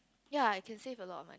ya I can save a lot